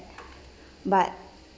but